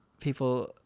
people